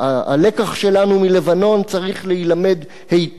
הלקח שלנו מלבנון צריך להילמד היטב,